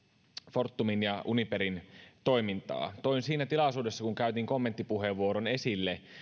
fortumin ja uniperin toimintaa toin siinä tilaisuudessa esille kun käytin kommenttipuheenvuoron